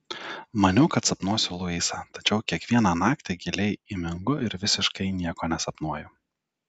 maniau kad sapnuosiu luisą tačiau kiekvieną naktį giliai įmingu ir visiškai nieko nesapnuoju